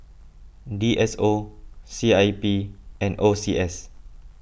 D S O C I P and O C S